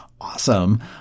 Awesome